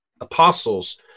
apostles